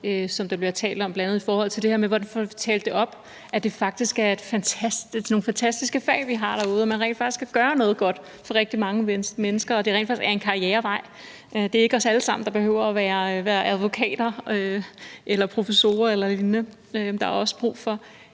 som der bliver talt om, bl.a. i forhold til det her med, hvordan vi får talt op, at det faktisk er nogle fantastiske fag, vi har derude, og at man rent faktisk kan gøre noget godt for rigtig mange mennesker, og at det rent faktisk er en karrierevej. Det er ikke os alle sammen, der behøver at være advokater, professorer eller lignende. Der er også brug for